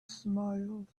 smiled